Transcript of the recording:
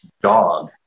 dog